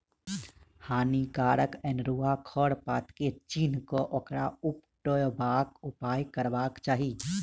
हानिकारक अनेरुआ खर पात के चीन्ह क ओकरा उपटयबाक उपाय करबाक चाही